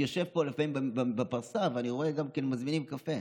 אני יושב פה לפעמים בפרסה ואני רואה גם שמזמינים קפה.